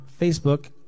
Facebook